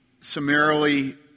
summarily